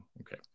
Okay